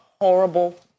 horrible